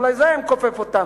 אולי זה היה מכופף אותם,